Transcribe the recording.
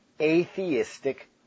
atheistic